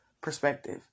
perspective